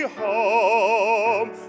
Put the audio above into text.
home